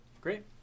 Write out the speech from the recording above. Great